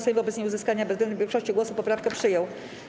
Sejm wobec nieuzyskania bezwzględnej większości głosów poprawkę przyjął.